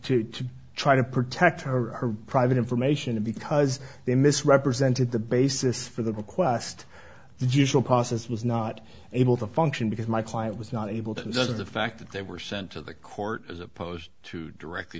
to to try to protect her private information because they misrepresented the basis for the request usual process was not able to function because my client was not able to sort of the fact that they were sent to the court as opposed to directly